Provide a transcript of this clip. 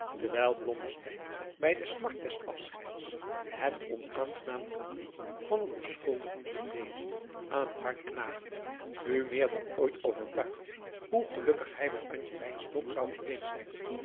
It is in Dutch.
terwijl blommesteyn bij de smart des afscheids het onaangenaam gevoel van een beschuldigend geweten aan het hart knaagde nu meer dan ooit overtuigd hoe gelukkig hij met antje wynstok zou geweest zijn